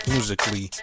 Musically